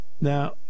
Now